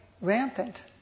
rampant